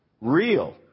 real